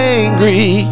angry